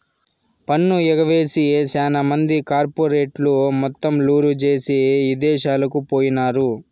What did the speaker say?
పన్ను ఎగవేసి సాన మంది కార్పెరేట్లు మొత్తం లూరీ జేసీ ఇదేశాలకు పోయినారు